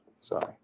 Sorry